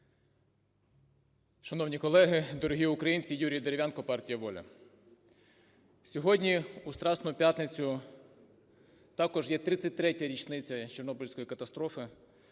Шановні колеги! Дорогі українці! Юрій Дерев'янко, партія "Воля". Сьогодні, у Страсну п'ятницю, також є 33-я річниця Чорнобильської катастрофи,